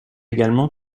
également